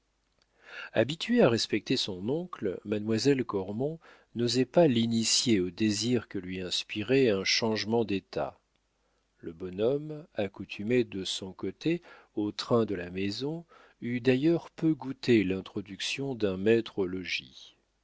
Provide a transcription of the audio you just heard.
habituée à respecter son oncle mademoiselle cormon n'osait pas l'initier aux désirs que lui inspirait un changement d'état le bonhomme accoutumé de son côté au train de la maison eût d'ailleurs peu goûté l'introduction d'un maître